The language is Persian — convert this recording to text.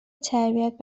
تربیت